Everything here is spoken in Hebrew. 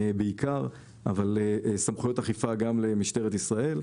אבל סמכויות אכיפה גם למשטרת ישראל.